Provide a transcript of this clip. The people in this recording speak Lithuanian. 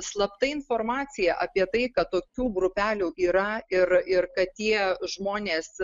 slapta informacija apie tai kad tokių grupelių yra ir ir kad tie žmonės